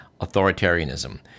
authoritarianism